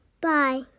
Bye